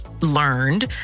learned